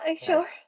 Sure